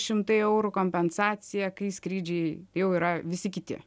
šimtai eurų kompensacija kai skrydžiai jau yra visi kiti